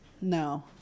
No